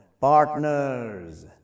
partners